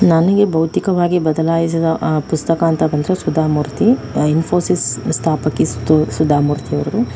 ನನಗೆ ಭೌದ್ಧಿಕವಾಗಿ ಬದಲಾಯಿಸಿದ ಪುಸ್ತಕ ಅಂತ ಬಂದರೆ ಸುಧಾಮೂರ್ತಿ ಇನ್ಫೋಸಿಸ್ ಸ್ಥಾಪಕಿ ಸುಧಾಮೂರ್ತಿ ಅವರು